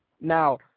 Now